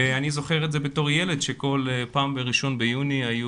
ואני זוכר את זה בתור ילד שכל 1 ביוני היו